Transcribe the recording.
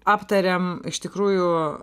aptarėm iš tikrųjų